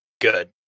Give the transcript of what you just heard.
Good